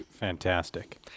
Fantastic